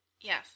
Yes